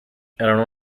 erano